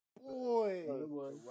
Boy